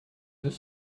deux